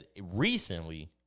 recently